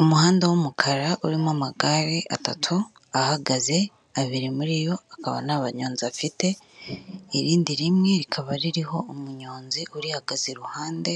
Umuhanda w'umukara urimo amagare atatu ahagaze, abiri muri yo akaba nta banyonzi afite, irindi rimwe rikaba ririho umunyonzi urihagaze iruhande